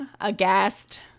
aghast